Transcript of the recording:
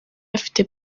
afite